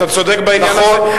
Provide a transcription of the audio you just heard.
אתה צודק בעניין הזה.